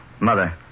Mother